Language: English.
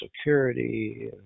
security